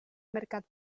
mercat